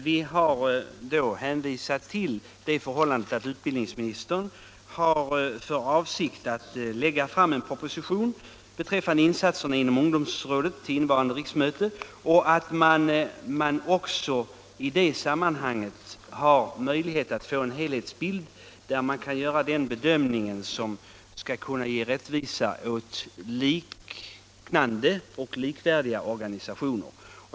Vi har hänvisat till att utbildningsministern har för avsikt att lägga fram en proposition beträffande insatserna inom ungdomsområdet till innevarande riksmöte. I det sammanhanget har man också möjlighet att skapa sig en helhetsbild och göra en bedömning som ger rättvisa åt liknande och likvärdiga organisationer.